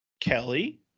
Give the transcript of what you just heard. Kelly